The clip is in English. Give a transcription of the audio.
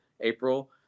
April